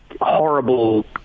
horrible